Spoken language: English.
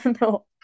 No